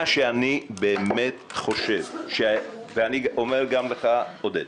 מה שאני באמת חושב, ואני אומר גם לך עודד,